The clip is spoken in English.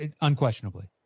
Unquestionably